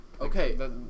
Okay